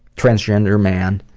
transgender man